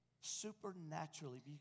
supernaturally